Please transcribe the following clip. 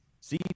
See